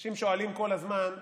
אנשים שואלים כל הזמן: